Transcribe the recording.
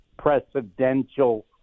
precedential